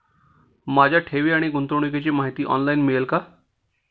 माझ्या ठेवी आणि गुंतवणुकीची माहिती ऑनलाइन मिळेल का?